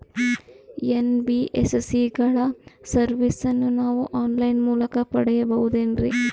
NBSC ಗಳ ಸರ್ವಿಸನ್ನ ನಾವು ಆನ್ ಲೈನ್ ಮೂಲಕ ಪಡೆಯಬಹುದೇನ್ರಿ?